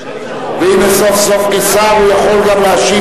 והנה סוף-סוף כשר הוא יכול גם להשיב